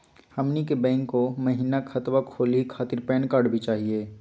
हमनी के बैंको महिना खतवा खोलही खातीर पैन कार्ड भी चाहियो?